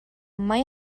mai